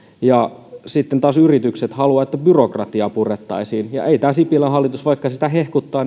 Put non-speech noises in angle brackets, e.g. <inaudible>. ja sitten taas yritykset haluavat että byrokratiaa purettaisiin eikä tämä sipilän hallitus vaikka sitä hehkuttaa <unintelligible>